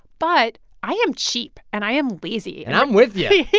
but i am cheap, and i am lazy and i'm with you yeah.